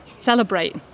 celebrate